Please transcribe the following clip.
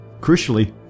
Crucially